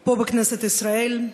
פה, בכנסת ישראל.